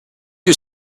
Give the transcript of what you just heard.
you